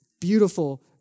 Beautiful